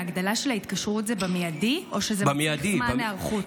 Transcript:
ההגדלה של ההתקשרות היא במיידי או שזה מצריך זמן היערכות?